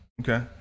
Okay